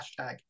hashtag